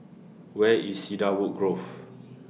Where IS Cedarwood Grove